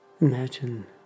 Imagine